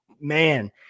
man